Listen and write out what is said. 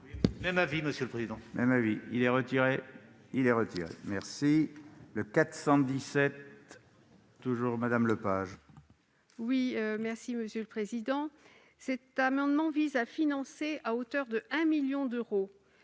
Même avis, monsieur le président.